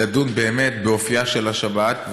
מלדון באמת באופייה של השבת,